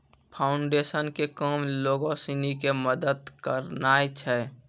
foundation के काम लोगो सिनी के मदत करनाय छै